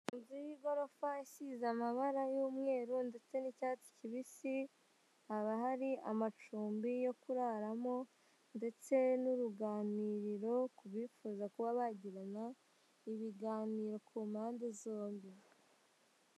Mu nzu y'igorofa isize amabara y'umweru ndetse n'icyatsi kibisi haba hari amacumbi yo kuraramo ndetse n'uruganiriro ku bifuza kuba bagirana ibiganiro ku mpande zombi.